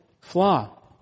flaw